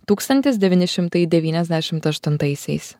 tūkstantis devyni šimtai devyniasdešimt aštuntaisiais